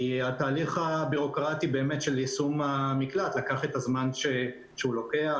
כי התהליך הבירוקרטי של יישום המקלט לקח את הזמן שהוא לוקח.